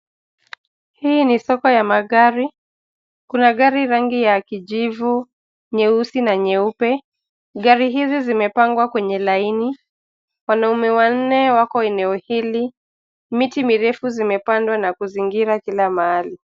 Hii ni soko ya magari, kuna gari rangi ya kijivu, nyeusi na nyeupe. Gari hizi zimepangwa kwenye laini. Wanaume wanne wako eneo hili, Miti mirefu zimepandwa na kuzingira kila mahali.